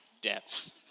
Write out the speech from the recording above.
depth